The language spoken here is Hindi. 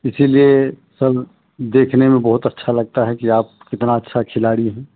इसलिए सर देखने में बहुत अच्छा लगता है कि आप कितना अच्छे खिलाड़ी हैं